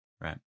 Right